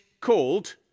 called